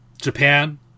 Japan